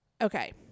okay